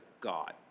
god